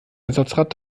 ersatzrad